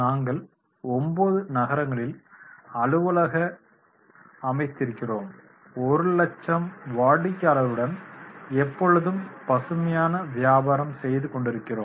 நாங்கள் 9 நகரங்களில் அலுவலகம் அமைத்திருக்கிறோம் ஒரு இலட்சம் வாடிக்கையாளர்களுடன் எப்பொழுதும் பசுமையான வியாபாரம் செய்து கொண்டிருக்கிறோம்